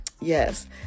Yes